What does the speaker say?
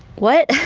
what?